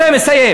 בסדר, אני מסיים.